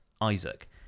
Isaac